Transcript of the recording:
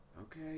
Okay